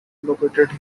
located